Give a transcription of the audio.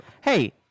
Hey